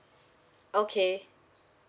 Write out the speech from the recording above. okay